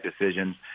decisions